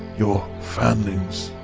your fanlings?